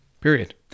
Period